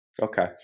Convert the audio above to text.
Okay